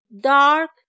dark